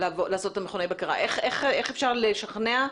איך אפשר לשכנע?